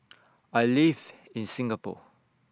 I live in Singapore